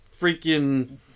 freaking